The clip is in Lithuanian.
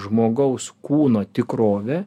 žmogaus kūno tikrovė